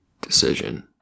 decision